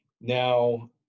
now